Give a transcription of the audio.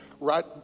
right